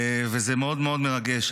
זה מאוד מאוד מרגש.